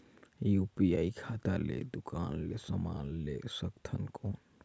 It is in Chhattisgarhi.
यू.पी.आई खाता ले दुकान ले समान ले सकथन कौन?